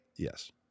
Yes